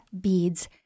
beads